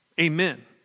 Amen